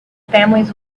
families